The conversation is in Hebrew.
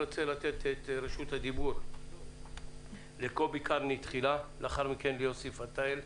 אני רוצה לתת את רשות הדיבור לקובי קרני תחילה ולאחר מכן ליוסי פתאל,